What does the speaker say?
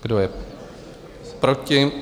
Kdo je proti?